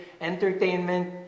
entertainment